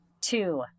Two